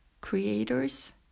Creators